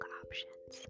options